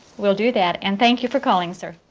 we'll do that, and thank you for calling, sir.